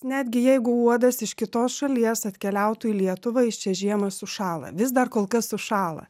netgi jeigu uodas iš kitos šalies atkeliautų į lietuvą jis čia žiemą sušąla vis dar kol kas sušąla